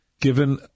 given